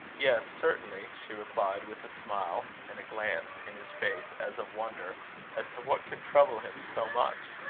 yes, certainly, she replied with a smile, and glance in his face as of wonder as to what could trouble him so much.